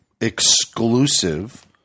exclusive